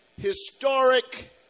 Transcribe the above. historic